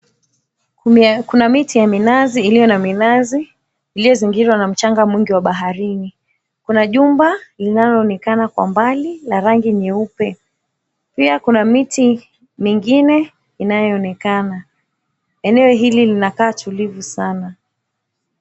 Kuna miti ya minazi iliyo na minazi iliyozingirwa na mchanga mwingi wa baharini. Kuna jumba linaloonekana kwa umbali la rangi nyeupe. Pia kuna miti mingine inayoonekana. Eneo hili linakaa tulivu sana.